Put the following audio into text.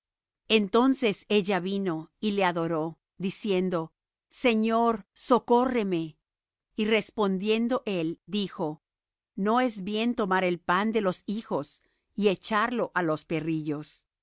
entonces ella vino y le adoró diciendo señor socórreme y respondiendo él dijo no es bien tomar el pan de los hijos y echarlo á los perrillos